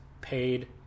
paid